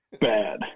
bad